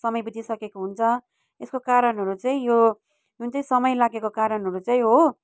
समय बितिसकेको हुन्छ यसको कारणहरू चाहिँ यो जुन चाहिँ समय लागेको कारणहरू चाहिँ हो